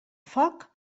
foc